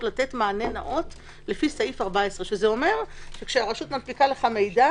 לתת מענה נאות לפי סעיף 14. זה אומר שכשהרשות מנפיקה לך מידע,